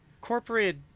corporate